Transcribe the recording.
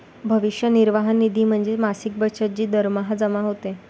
भविष्य निर्वाह निधी म्हणजे मासिक बचत जी दरमहा जमा होते